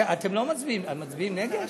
אתם לא מצביעים נגד?